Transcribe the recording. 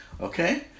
okay